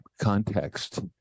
context